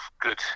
good